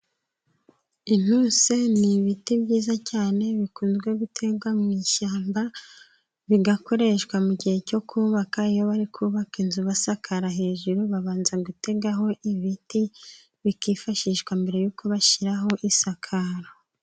Intusi ni ibiti byiza cyane, bikunzwe gutegwa mu ishyamba, bigakoreshwa mu gihe cyo kubaka iyo bari kubaka inzu basakara hejuru babanza gutegaho ibiti, bikifashishwa mbere yuko bashyiraho isakaro.